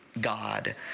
God